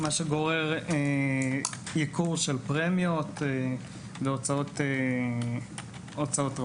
דבר שגורר ייקור של פרמיות והוצאות רבות.